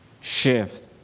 shift